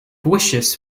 wishes